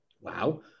Wow